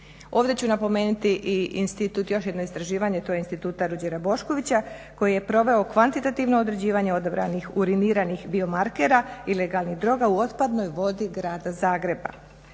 Ovdje ću pomenuti i institut još jedno istraživanje to je Instituta Ruđera Boškovića koje je proveo kvantitativno određivanje odabranih uriniranih biomarkera i legalnih droga u otpadnoj vodi grada Zagreba.